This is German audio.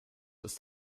ist